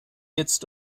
jetzt